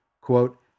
Quote